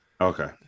Okay